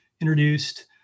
introduced